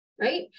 right